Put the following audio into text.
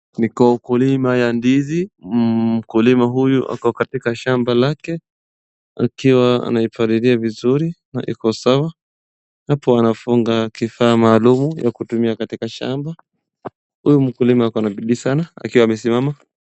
Ni kwa ukulima ya ndizi, mkulima huyu ako katika shamba lake akiwa anaipalilia vizuri na iko sawa. Hapo anafunga kifaa maalumu ya kutumia katika shamba. Huyu mkulima ako na bidii sana akiwa amesimama.